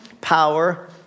power